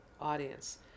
audience